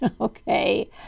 okay